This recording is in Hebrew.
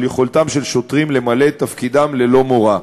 יכולתם של שוטרים למלא את תפקידם ללא מורא.